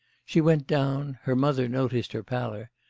she went down her mother noticed her pallor,